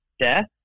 death